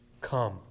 come